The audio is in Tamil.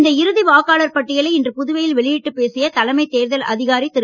இந்த இறுதி வாக்காளர் பட்டியலை இன்று புதுவையில் வெளியிட்டு பேசிய தலைமை தேர்தல் அதிகாரி திரு